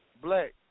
black